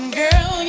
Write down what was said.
girl